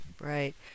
Right